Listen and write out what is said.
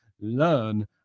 learn